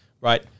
right